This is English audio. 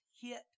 hit